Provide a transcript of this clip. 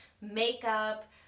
makeup